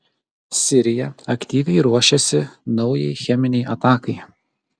sirija aktyviai ruošėsi naujai cheminei atakai